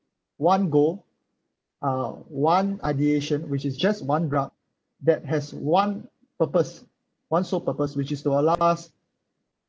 one goal uh one ideation which is just one drug that has one purpose one sole purpose which is to allow us